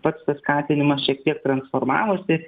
pats tas skatinimas šiek tiek transformavosi